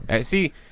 See